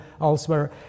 elsewhere